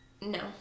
No